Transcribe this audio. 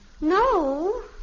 No